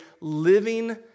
living